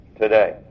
today